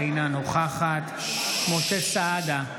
אינה נוכחת משה סעדה,